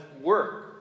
Work